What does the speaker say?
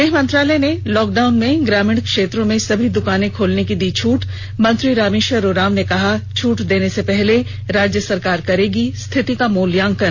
गृह मंत्रालय ने लॉकडाउन में ग्रामीण क्षेत्रों में सभी दुकानें खोलने की दी छूट मंत्री रामेष्वर उरांव ने कहा छूट देने से पहले राज्य सरकार करेगी स्थिति का मूल्यांकन